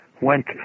went